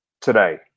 today